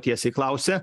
tiesiai klausia